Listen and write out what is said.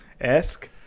esque